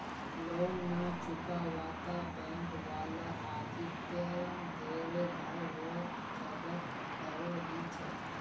loan ना चुकावाता bank वाला आदित्य तेरे घर रोक जब्त करो ली छे